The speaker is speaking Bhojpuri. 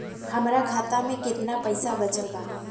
हमरा खाता मे केतना पईसा बचल बा?